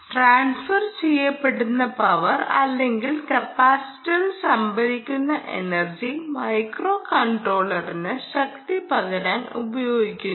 transfer ചെയ്യപ്പെടുന്ന power അല്ലെങ്കിൽ കപ്പാസിറ്ററിൽ സംഭരിച്ചിരിക്കുന്ന എനർജി മൈക്രോകൺട്രോളറിന് ശക്തി പകരാൻ ഉപയോഗിക്കുന്നു